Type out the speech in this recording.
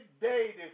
day